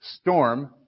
storm